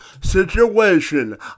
situation